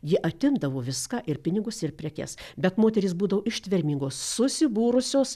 jie atimdavo viską ir pinigus ir prekes bet moterys būdavo ištvermingos susibūrusios